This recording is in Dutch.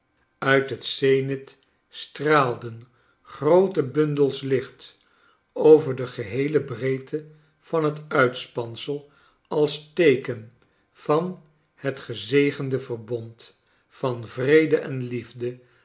uit het zenith straalden groote bundels licht over de geheele breedte van het uitspansel als teeken van het gezegende yerbond van vrede en liefde